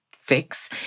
fix